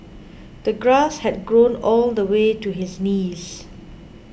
the grass had grown all the way to his knees